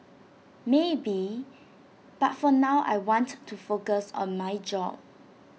maybe but for now I want to focus on my job